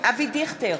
אבי דיכטר,